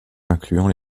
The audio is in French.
incluant